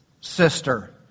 sister